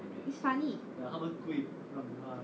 it's funny